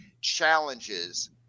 challenges